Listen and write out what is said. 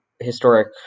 historic